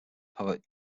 poet